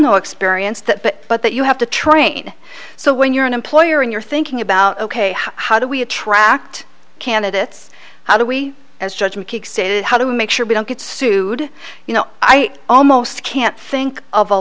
no experience that but that you have to train so when you're an employer and you're thinking about ok how do we attract candidates how do we as judge mckeague say how do we make sure we don't get sued you know i almost can't think of a